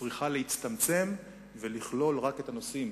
צריכה להצטמצם ולכלול רק את הנושאים